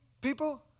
people